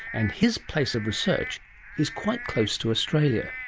and his place of research is quite close to australia.